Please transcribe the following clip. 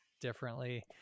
differently